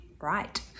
right